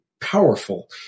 powerful